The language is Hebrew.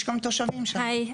יש גם תושבים שם.